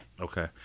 Okay